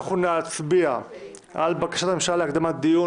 נעבור להצבעה על בקשת הממשלה להקדמת דיון